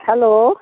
hello